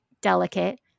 delicate